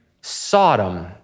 Sodom